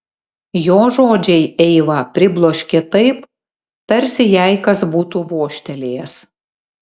jo žodžiai eivą pribloškė taip tarsi jai kas būtų vožtelėjęs